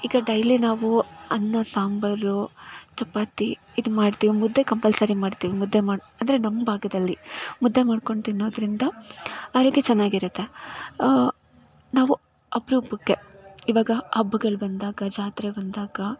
ಈಗ ಡೈಲಿ ನಾವು ಅನ್ನ ಸಾಂಬಾರು ಚಪಾತಿ ಇದು ಮಾಡ್ತೀವಿ ಮುದ್ದೆ ಕಂಪಲ್ಸರಿ ಮಾಡ್ತೀವಿ ಮುದ್ದೆ ಮಾಡು ಅಂದರೆ ನಮ್ಮ ಭಾಗದಲ್ಲಿ ಮುದ್ದೆ ಮಾಡ್ಕೊಂಡು ತಿನ್ನೋದರಿಂದ ಆರೋಗ್ಯ ಚೆನ್ನಾಗಿರುತ್ತೆ ನಾವು ಅಪರೂಪಕ್ಕೆ ಈವಾಗ ಹಬ್ಬಗಳು ಬಂದಾಗ ಜಾತ್ರೆ ಬಂದಾಗ